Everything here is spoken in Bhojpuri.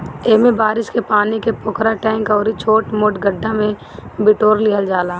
एमे बारिश के पानी के पोखरा, टैंक अउरी छोट मोट गढ्ढा में बिटोर लिहल जाला